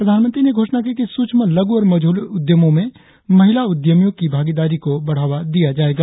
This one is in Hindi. प्रधानमंत्री ने घोषणा की कि सूक्ष्म लघु और मझौले उद्यमों में महिला उद्यमियों को भागीदारी को बढ़ावा दिया जायेगा